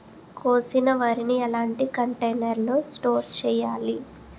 కోసిన వరిని ఎలాంటి కంటైనర్ లో స్టోర్ చెయ్యాలి?